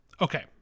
Okay